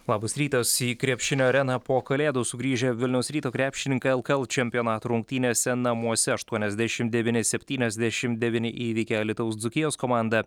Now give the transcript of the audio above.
labas rytas į krepšinio areną po kalėdų sugrįžę vilniaus ryto krepšininkai lkl čempionato rungtynėse namuose aštuoniasdešim devyni septyniasdešim devyni įveikė alytaus dzūkijos komandą